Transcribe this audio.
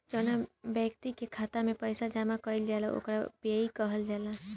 जौवना ब्यक्ति के खाता में पईसा जमा कईल जाला ओकरा पेयी कहल जाला